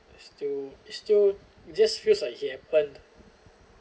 still it's still just feels like it happened